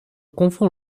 confond